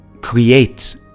create